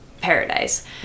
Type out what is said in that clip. paradise